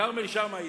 כרמל שאמה,